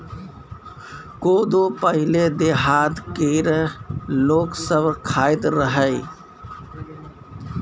कोदो पहिले देहात केर लोक सब खाइत रहय